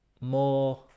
more